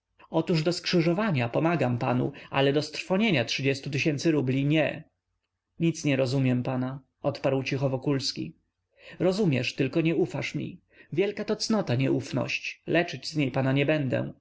otóż do skrzyżowania pomagam panu ale do strwonienia rubli nie nic nie rozumiem pana odparł cicho wokulski rozumiesz tylko nie ufasz mi wielka to cnota nieufność leczyć z niej pana nie będę